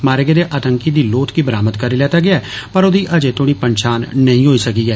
मारे गेदे आतंकी दी लोथ गी बरामद करी लैता गेआ पर ओह्दी अजें तोड़ी पंछान नेईं होई सकी ऐ